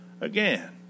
again